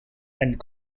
and